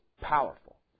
powerful